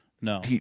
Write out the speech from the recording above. No